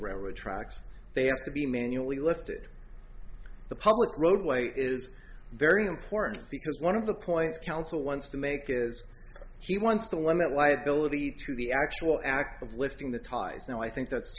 railroad tracks they have to be manually lifted the public roadway is very important because one of the points counsel wants to make is she wants to limit liability to the actual act of lifting the ties and i think that's